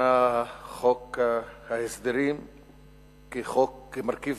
לראשונה חוק ההסדרים כמרכיב